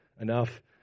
enough